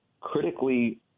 critically